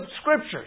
scriptures